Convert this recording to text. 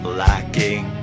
lacking